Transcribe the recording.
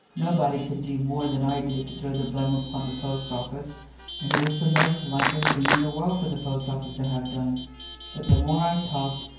nobody could do more than i did to throw the blame upon the post-office and it was the most likely thing in the world for the post-office to have done but the more i talked,